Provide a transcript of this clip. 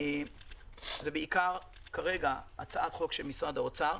כרגע זה בעיקר הצעת חוק של משרד האוצר.